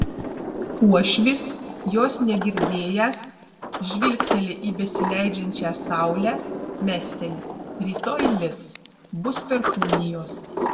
uošvis jos negirdėjęs žvilgteli į besileidžiančią saulę mesteli rytoj lis bus perkūnijos